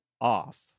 off